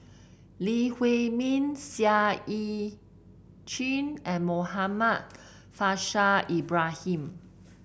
Lee Huei Min Seah Eu Chin and Muhammad Faishal Ibrahim